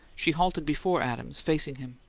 she halted before adams, facing him.